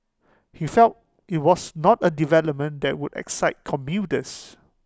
he felt IT was not A development that would excite commuters